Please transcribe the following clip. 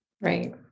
Right